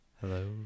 Hello